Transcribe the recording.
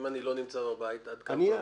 ואם אני לא נמצא בבית, עד כמה פעמים?